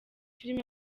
film